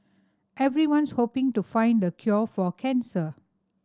everyone's hoping to find the cure for cancer